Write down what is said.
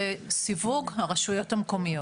זה סיווג הרשויות המקומיות.